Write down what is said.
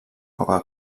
coca